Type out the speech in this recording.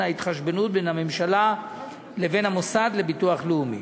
ההתחשבנות בין הממשלה לבין המוסד לביטוח לאומי.